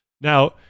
Now